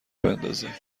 بندازه